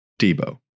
Debo